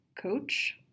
coach